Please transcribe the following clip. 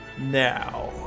now